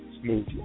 smooth